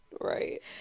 Right